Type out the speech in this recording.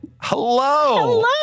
Hello